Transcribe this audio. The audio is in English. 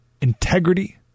integrity